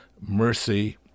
mercy